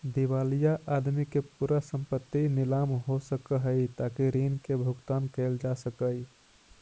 दिवालिया आदमी के पूरा संपत्ति नीलाम हो सकऽ हई ताकि ऋण के भुगतान कैल जा सकई